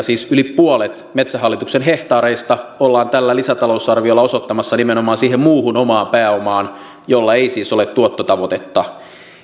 siis yli puolet metsähallituksen hehtaareista ollaan tällä lisätalousarviolla osoittamassa nimenomaan siihen muuhun omaan pääomaan jolla ei siis ole tuottotavoitetta